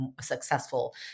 successful